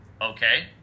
Okay